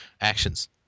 actions